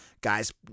guys